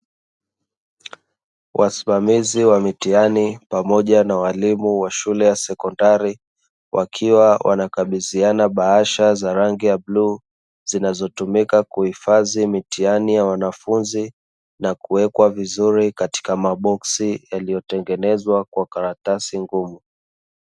Wasimamizi wa mitihani pamoja na walimu wa shule ya sekondari wakiwa wanakabidhiana bahasha za rangi ya bluu, zinazotumika kuhifadhia mitihani ya wanafunzi na kuwekwa vizuri katika maboksi yaliyotengenezwa kwa karatasi ngumu.